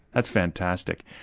that's fantastic.